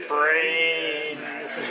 Brains